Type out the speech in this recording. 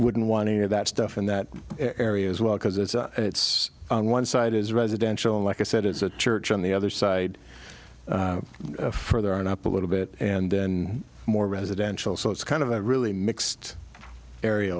wouldn't want any of that stuff in that area as well because it's it's on one side is residential like i said it's a church on the other side further on up a little bit and then more residential so it's kind of a really mixed area